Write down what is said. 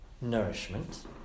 nourishment